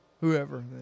whoever